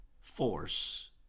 force